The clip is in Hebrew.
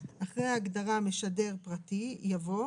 אחרי ההגדרה "משדר פרטי" יבוא: